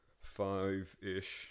five-ish